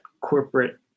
corporate